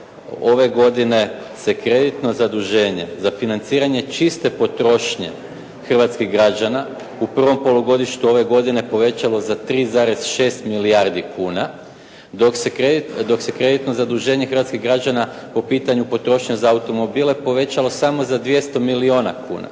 ove godine se kreditno zaduženje za financiranje čiste potrošnje hrvatskih građana u prvom polugodištu ove godine povećalo za 3,6 milijardi kuna dok se kreditno zaduženje hrvatskih građana po pitanju potrošnje za automobile povećalo samo za 200 milijuna kuna.